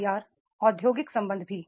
IR औद्योगिक संबंध भी